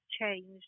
changed